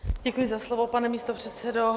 Děkuji za slovo, pane místopředsedo.